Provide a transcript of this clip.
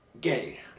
gay